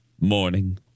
morning